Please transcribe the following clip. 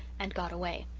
and got away.